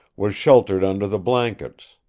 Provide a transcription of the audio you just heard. was sheltered under the blankets.